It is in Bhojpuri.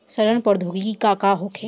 सड़न प्रधौगिकी का होखे?